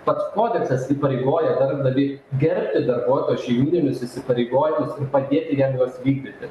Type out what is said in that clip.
pats kodeksas įpareigoja darbdavį gerbti darbuotojus šeimyninius įsipareigojimus ir padėti jiem juos vykdyti